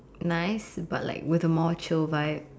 nice but like with a more chill vibe